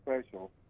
special